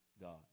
God